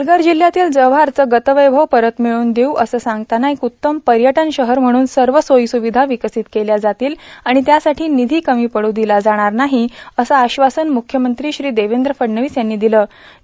पालघर जिल्ह्यातील जव्हारचे गतवैभव परत भिळवून देऊत असे सांगताना एक उत्तम पयटन शहर म्हणून सव सोयी सूर्वधा ावर्कासत केल्या जातील आाण त्यासाठी र्णनधी कमी पड् र्दला जाणार नाहो असे आश्वासन मुख्यमंत्री देवद्र फडणवीस यांनी र्ददलं